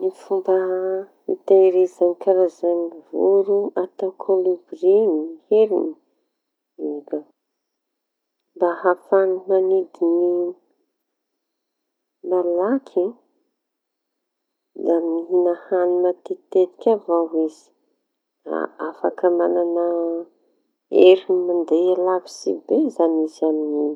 Ny fomba hitahiriza karazañy voro atao kôlibry iñy. eka, mba ahafaha manidiñy malaky da mihiña hañina matetitetiky avao iza da afaky mañana hery mandea lavitsy be.